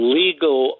legal